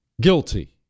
guilty